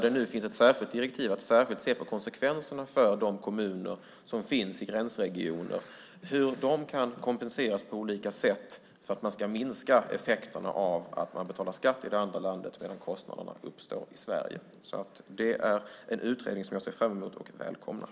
Det finns nu ett direktiv att särskilt se över konsekvenserna för de kommuner som finns i gränsregioner och hur de kan kompenseras på olika sätt för att minska effekterna av att man betalar skatt i det andra landet medan kostnaderna uppstår i Sverige. Det är en utredning som jag ser fram emot och välkomnar.